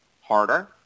Harder